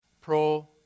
Pro